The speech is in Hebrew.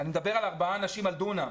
אני מדבר על ארבע אנשים על דונם,